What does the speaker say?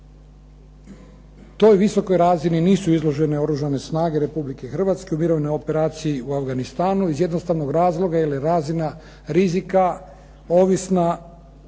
Toj visokoj razini nisu izložene Oružane snage Republike Hrvatske u mirovnoj operaciji u Afganistanu iz jednostavnog razloga jer je razina rizika ovisna